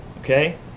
okay